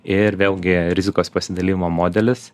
ir vėlgi rizikos pasidalijimo modelis